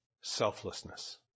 Selflessness